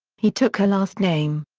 he took her last name.